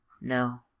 No